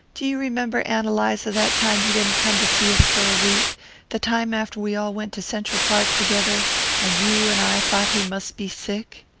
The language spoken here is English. do you remember, ann eliza, that time he didn't come to see us for a week the time after we all went to central park together and you and i thought he must be sick?